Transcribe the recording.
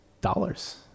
dollars